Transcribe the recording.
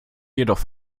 jedoch